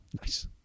nice